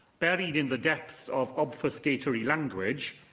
buried in the depths of obfuscatory language,